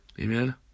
Amen